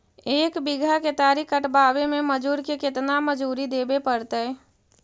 एक बिघा केतारी कटबाबे में मजुर के केतना मजुरि देबे पड़तै?